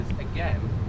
again